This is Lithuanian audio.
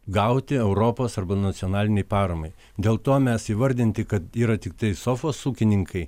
gauti europos arba nacionalinei paramai dėl to mes įvardinti kad yra tiktai sofos ūkininkai